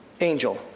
angel